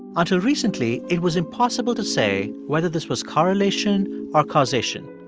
until recently, it was impossible to say whether this was correlation or causation.